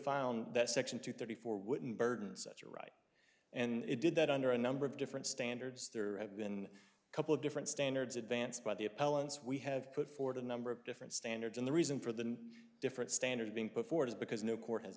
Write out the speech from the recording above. found that section two thirty four wouldn't burden such a right and it did that under a number of different standards there have been a couple of different standards advanced by the appellants we have put forward a number of different standards and the reason for the different standard being put forth is because no court has